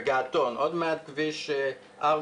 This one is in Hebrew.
עד אין מינוי והיא לא מתכנסת,